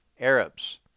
Arabs